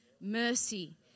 mercy